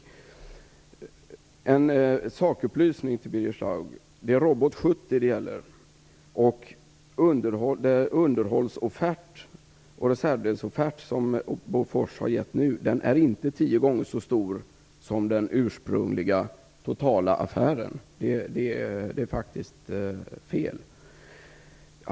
Jag vill ge en sakupplysning till Birger Schlaug. Det är Robot 70 som det gäller. Den underhållsoffert och den reservdelsoffert som Bofors nu har gett är inte tio gånger så stor som den ursprungliga totala affären. Det är fel.